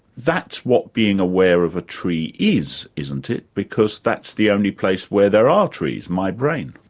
that's what being aware of a tree is, isn't it? because that's the only place where there are trees, my brain.